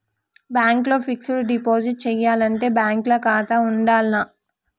Bank ల fixed deposit చేయాలంటే bank ల ఖాతా ఉండాల్నా?